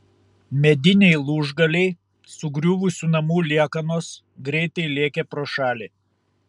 mediniai lūžgaliai sugriuvusių namų liekanos greitai lėkė pro šalį